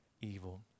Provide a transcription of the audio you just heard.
evil